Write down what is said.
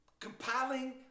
compiling